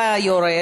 אתה יורד.